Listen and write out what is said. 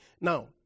Now